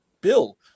Bill